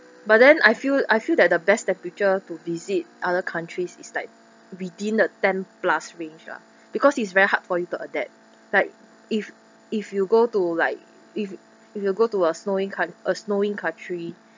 but then I feel I feel that the best temperature to visit other countries is like within a ten plus range lah because it's very hard for you to adapt like if if you go to like if if you go to a snowing coun~ a snowing country